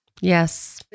Yes